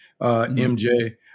MJ